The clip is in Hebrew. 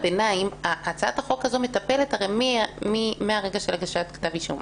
הצעת החוק הזו מטפלת מרגע הגשת כתב אישום.